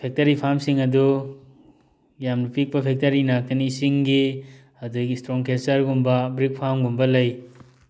factory ꯐꯥꯝꯁꯤꯡ ꯑꯗꯨ ꯌꯥꯝꯅ ꯄꯤꯛꯄ ꯐꯦꯛꯇꯔꯤ ꯉꯥꯛꯇꯅꯤ ꯁꯤꯡꯒꯤ ꯑꯗꯒꯤ ꯏꯁꯇꯣꯟ ꯀꯦꯆꯔꯒꯨꯝꯕ ꯕ꯭ꯔꯤꯛ ꯐꯥꯝꯒꯨꯝꯕ ꯂꯩ